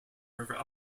river